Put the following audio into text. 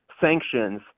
sanctions